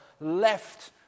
left